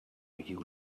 you